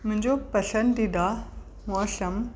मुंहिंजो पसंदीदा मौसमु